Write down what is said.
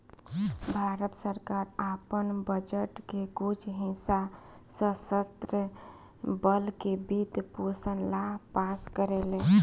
भारत सरकार आपन बजट के कुछ हिस्सा सशस्त्र बल के वित्त पोषण ला पास करेले